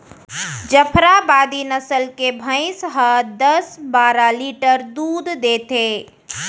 जफराबादी नसल के भईंस ह दस बारा लीटर दूद देथे